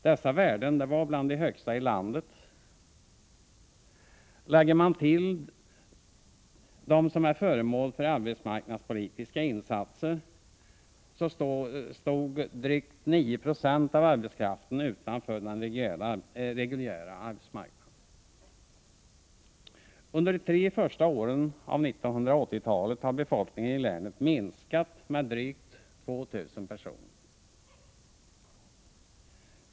Dessa värden var bland de högsta i landet. Lägger man till dem som är föremål för arbetsmarknadspolitiska insatser så stod drygt 9 96 av arbetskraften utanför den reguljära arbetsmarknaden. Under de tre första åren av 1980-talet har befolkningen i länet minskat med drygt 2 000 personer.